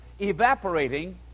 evaporating